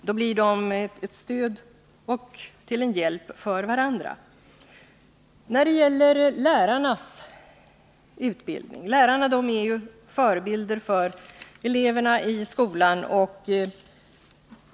Då blir kvinnorna ett stöd och en hjälp för varandra. Lärarna är förebilder för eleverna i skolan.